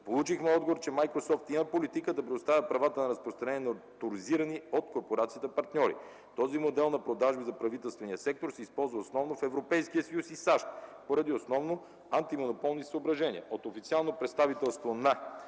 Получихме отговор, че „Майкрософт” има политика да предоставя правата на разпространение на оторизирани от корпорацията партньори. Този модел на продажби за правителствения сектор се използва основно в Европейския съюз и САЩ, основно поради антимонополни съображения. От официалното представителство на